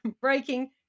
breaking